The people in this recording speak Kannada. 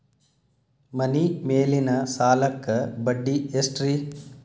ಮನಿ ಮೇಲಿನ ಸಾಲಕ್ಕ ಬಡ್ಡಿ ಎಷ್ಟ್ರಿ?